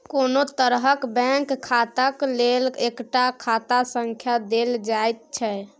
कोनो तरहक बैंक खाताक लेल एकटा खाता संख्या देल जाइत छै